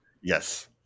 Yes